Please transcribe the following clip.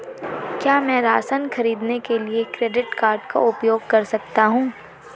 क्या मैं राशन खरीदने के लिए क्रेडिट कार्ड का उपयोग कर सकता हूँ?